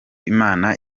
imana